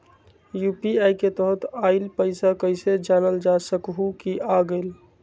UPI के तहत आइल पैसा कईसे जानल जा सकहु की आ गेल?